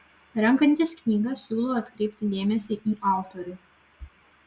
renkantis knygą siūlau atkreipti dėmesį į autorių